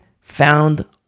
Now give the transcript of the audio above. found